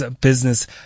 business